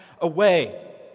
away